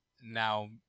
Now